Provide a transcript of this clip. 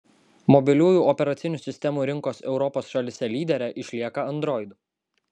mobiliųjų operacinių sistemų rinkos europos šalyse lydere išlieka android